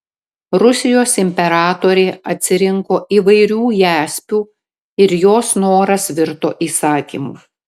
rusijos imperatorė atsirinko įvairių jaspių ir jos noras virto įsakymu